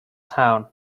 town